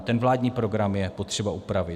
A ten vládní program je potřeba upravit.